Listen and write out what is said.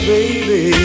Baby